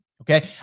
Okay